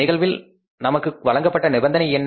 நிகழ்வில் நமக்கு வழங்கப்பட்ட நிபந்தனை என்ன